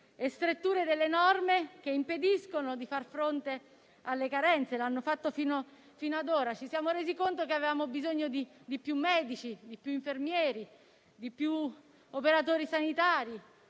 e stretture delle norme che impediscono di far fronte alle carenze, come hanno fatto fino ad ora. Ci siamo resi conto che avevamo bisogno di più medici, di più infermieri, di più operatori sanitari